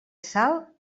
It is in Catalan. sal